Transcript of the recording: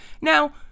Now